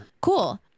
Cool